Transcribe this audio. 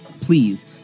Please